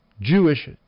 Jewish